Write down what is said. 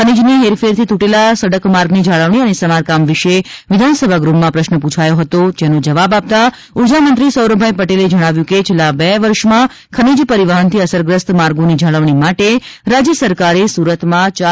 ખનીજની હેરફેર થી તૂટેલા સડક માર્ગની જાળવણી અને સમારકામ વિષે વિધાનસભા ગૃહમાં પ્રશ્ન પૂછાયો હતો જેનો જવાબ આપતા ઊર્જા મંત્રી સૌરભભાઇ પટેલે જણાવ્યુ હતું કે છેલ્લા બે વર્ષમાં ખનીજ પરિવહનથી અસરગ્રસ્ત માર્ગોની જાળવણી માટે રાજ્ય સરકારે સુરતમાં રૂ